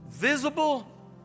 Visible